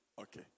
Okay